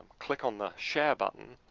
click on the share button.